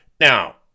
Now